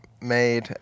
made